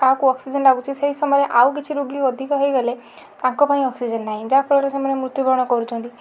କାହାକୁ ଅକ୍ସିଜେନ୍ ଲାଗୁଛି ସେଇ ସମୟରେ ଆଉ କିଛି ରୋଗୀ ଅଧିକା ହେଇଗଲେ ତାଙ୍କ ପାଇଁ ଅକ୍ସିଜେନ୍ ନାହିଁ ଯାହାଫଳରେ ସେମାନେ ମୃତ୍ୟୁବରଣ କରୁଛନ୍ତି